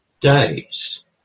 days